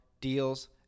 deals